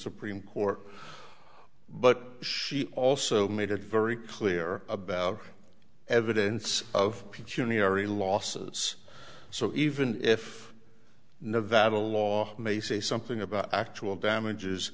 supreme court but she also made it very clear about evidence of petunia already losses so even if nevada law may say something about actual damages